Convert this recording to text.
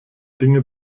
dinge